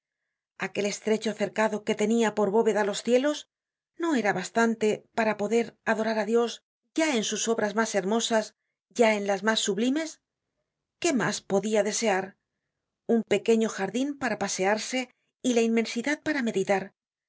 aquel estrecho cercado que tenia por bóveda los cielos no era bastante para poder adorar á dios ya en sus obras mas hermosas ya en las mas sublimes qué mas podia desear un pequeño jardin para pasearse y la inmensidad para meditar